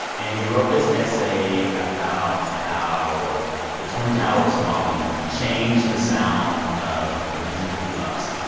and he wrote this essay about how the twin towers falling changed the sound of the music that he loves.